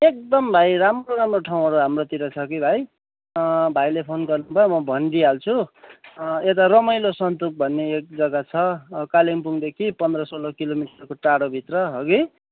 एकदम भाइ राम्रो राम्रो ठाउँहरू हाम्रोतिर छ कि भाइ भाइले फोन गर्नुभयो म भनिदिइहाल्छु यता रमाइलो सन्तुक भन्ने एक जग्गा छ कालिम्पोङदेखि पन्ध्र सोह्र किलोमिटरको टाढोभित्र हगी